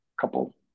couple